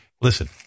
listen